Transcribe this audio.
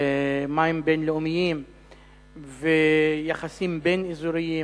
מים בין-לאומיים ויחסים בין-אזוריים,